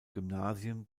gymnasien